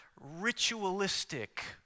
ritualistic